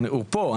הוא פה,